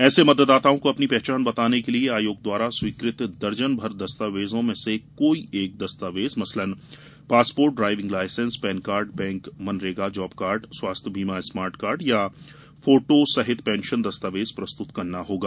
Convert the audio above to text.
ऐसे मतदाताओं को अपनी पहचान बताने के लिए आयोग द्वारा स्वीकृत दर्जन भर दस्तावेजों में से कोई एक दस्तावेज मसलन passport driving licence PAN card bank MNREGA job card स्वास्थ्य बीमा स्मार्ट कार्ड या फोटो सहित पेंशन दस्तावेज प्रस्तुत करना होगा